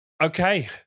Okay